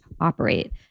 operate